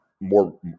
more